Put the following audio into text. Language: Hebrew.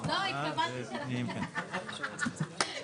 כל שאר